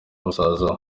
musaza